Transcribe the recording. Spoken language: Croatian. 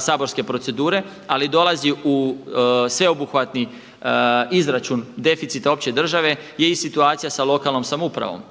saborske procedure, ali dolazi u sveobuhvatni izračun deficita opće države je i situacija sa lokalnom samoupravom.